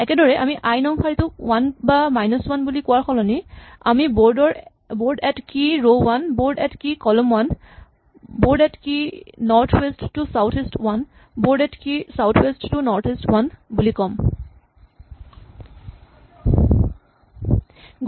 একেদৰেই আমি আই নং শাৰীটোক ৱান বা মাইনাচ ৱান বুলি কোৱাৰ সলনি আমি bird at key row one bird at key column one bird at key north west to south east one bird at key south west to north east one বুলি ক'ম